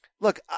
look